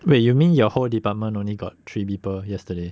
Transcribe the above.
wait you mean your whole department only got three people yesterday